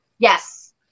Yes